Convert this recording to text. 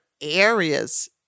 areas